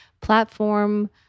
platform